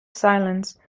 silence